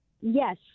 Yes